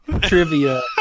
trivia